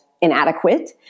inadequate